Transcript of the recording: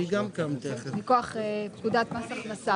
מכוח פקודת מס הכנסה.